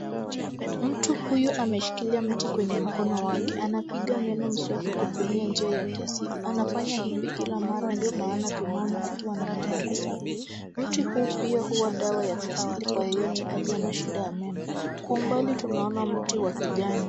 Mtu huyu ameshikilia mti kwenye mkono wake. Anapiga meno mswaki kutumia njia ya kiasili. Anafanya hivi kila mara, ndio maana tunaona akiwa na meno masafi. Mti huu pia huwa dawa kiasili kwa yeyote aliye na shida ya meno. Kwa umbali tunaona mti wa kijani.